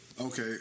Okay